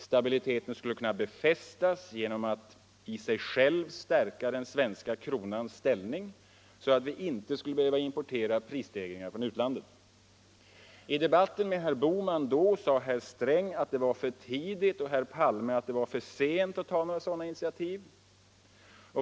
Stabiliteten skulle kunna befästas genom att i sig själv stärka den svenska kronans ställning så att vi inte skulle behöva importera prisstegringar från utlandet. I debatten då med herr Bohman sade herr Sträng att det var för tidigt och herr Palme att det var för sent att ta några sådana initiativ.